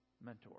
mentor